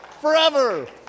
forever